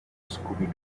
scooby